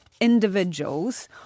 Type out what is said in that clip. individuals